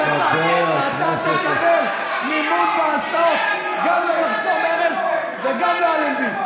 אתה תקבל מימון בהסעות גם למחסום ארז וגם לאלנבי.